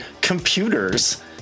computers